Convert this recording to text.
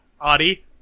Audie